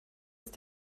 ist